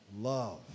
love